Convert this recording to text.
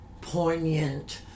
poignant